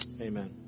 Amen